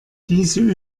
diese